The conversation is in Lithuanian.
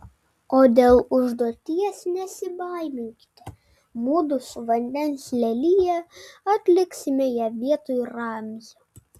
o dėl užduoties nesibaiminkite mudu su vandens lelija atliksime ją vietoj ramzio